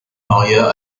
maria